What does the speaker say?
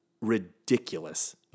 ridiculous